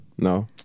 No